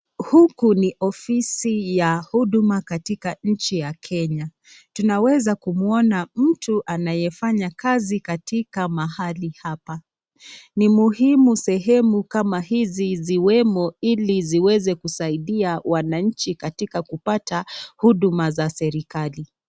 Huku ni ofisi ya Huduma katika nchi ya Kenya. Tunaweza kumwona mtu anyefanya kazi katika mahali hapa. Ni muhimu sehemu kama hizi ziwemo ili ziweze kusaidia wananchi katika kupata huduma za serikali.